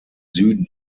süden